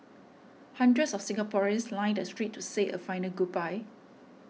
hundreds of Singaporeans lined the streets to say a final goodbye